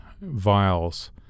vials